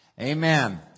Amen